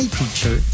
teacher